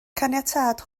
caniatâd